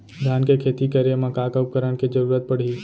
धान के खेती करे मा का का उपकरण के जरूरत पड़हि?